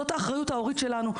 זאת האחריות ההורית שלנו,